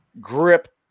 grip